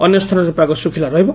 ଅନ୍ୟ ସ୍ଥାନରେ ପାଗ ଶୁଖଲା ରହିବ